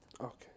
okay